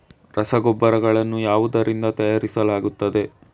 ರಸಗೊಬ್ಬರಗಳನ್ನು ಯಾವುದರಿಂದ ತಯಾರಿಸಲಾಗುತ್ತದೆ?